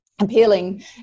appealing